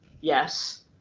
yes